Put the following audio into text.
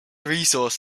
resource